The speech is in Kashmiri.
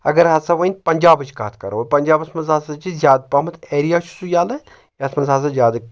اگر ہسا وۄنۍ پنٛجابٕچ کتھ کرو پنجابس منٛز ہسا چھِ زیادٕ پَہمَتھ ایریا چھُ سُہ یَلہٕ یَتھ منٛز ہسا زیادٕ